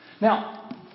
Now